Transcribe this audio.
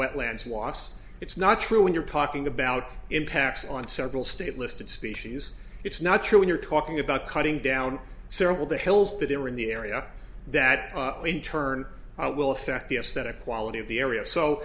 wetlands loss it's not true when you're talking about impacts on several state listed species it's not true when you're talking about cutting down several the hills that there are in the area that in turn will affect the aesthetic quality of the area so